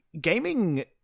Gaming